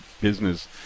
business